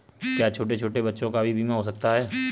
क्या छोटे छोटे बच्चों का भी बीमा हो सकता है?